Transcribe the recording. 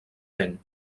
vent